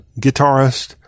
guitarist